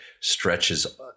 stretches